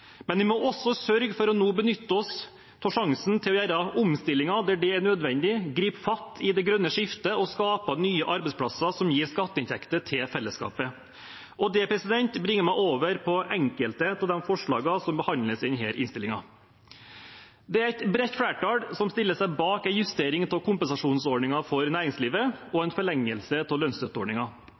Men vi må også sørge for nå å benytte oss av sjansen til å gjøre omstillinger der det er nødvendig, gripe fatt i det grønne skiftet og skape nye arbeidsplasser som gir skatteinntekter til fellesskapet. Det bringer meg over på enkelte av de forslagene som behandles i denne innstillingen. Det er et bredt flertall som stiller seg bak en justering av kompensasjonsordningen for næringslivet og en forlengelse av